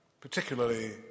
Particularly